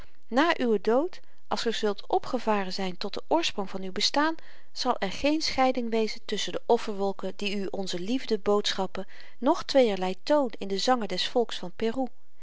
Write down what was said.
na uwen dood als ge zult opgevaren zyn tot den oorsprong van uw bestaan zal er geen scheiding wezen tusschen de offerwolken die u onze liefde boodschappen noch tweërlei toon in de zangen des volks van peru